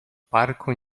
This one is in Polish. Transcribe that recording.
parku